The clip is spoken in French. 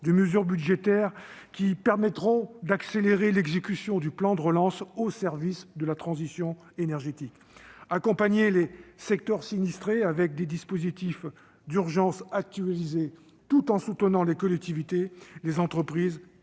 de mesures budgétaires qui permettront d'accélérer l'exécution du plan de relance au service de la transition énergétique. Accompagner les secteurs sinistrés par des dispositifs d'urgence actualisés tout en soutenant les collectivités, les entreprises